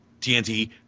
TNT